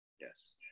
Yes